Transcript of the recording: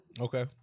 Okay